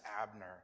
Abner